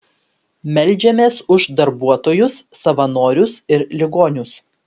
meldžiamės už darbuotojus savanorius ir ligonius